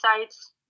sites